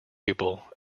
pupil